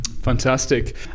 Fantastic